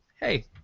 hey